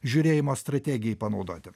žiūrėjimo strategijai panaudoti